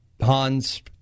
Han's